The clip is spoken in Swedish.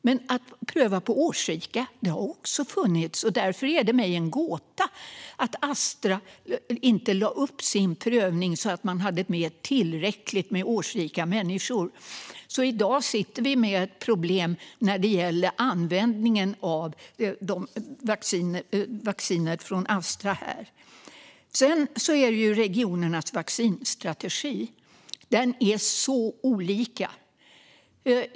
Men kravet att pröva på årsrika har också funnits, och därför är det mig en gåta att Astra inte lade upp sin prövning så att tillräckligt med årsrika människor var med. I dag sitter vi därför med problem när det gäller användningen av vaccinet från Astra. När det gäller regionernas vaccinstrategier är de mycket olika.